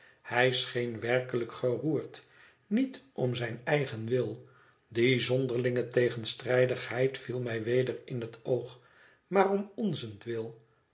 hij scheen werkelijk geroerd niet om zijn eigen wil die zonderlinge tegenstrijdigheid viel mij weder in het oog maar om onzentwil